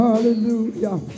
Hallelujah